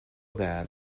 that